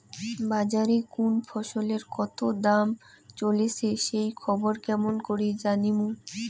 বাজারে কুন ফসলের কতো দাম চলেসে সেই খবর কেমন করি জানীমু?